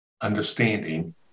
understanding